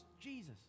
Jesus